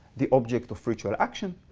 the object of ritual action,